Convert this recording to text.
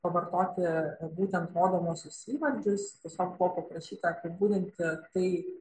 pavartoti būtent rodomuosius įvardžius tiesiog paprašyta apibūdinti tai